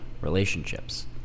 relationships